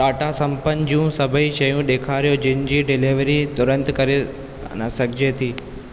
टाटा संपन्न जूं सभई शयूं ॾेखारियो जिन जी डिलेवरी तुरंत करे सघिजे थी